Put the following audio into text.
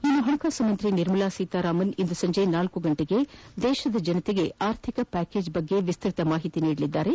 ಇನ್ನು ಪಣಕಾಸು ಸಚಿವೆ ನಿರ್ಮಲಾ ಸೀತಾರಾಮನ್ ಇಂದು ಸಂಜೆ ನಾಲ್ಕು ಗಂಟೆಗೆ ದೇಶದ ಜನತೆಗೆ ಆರ್ಥಿಕ ಪ್ಯಾಕೇಜ್ ಕುರಿತು ವಿಸ್ತತ ಮಾಹಿತಿ ನೀಡಲಿದ್ದಾರೆ